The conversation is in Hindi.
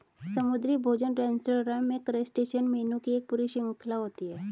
समुद्री भोजन रेस्तरां में क्रस्टेशियन मेनू की एक पूरी श्रृंखला होती है